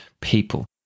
people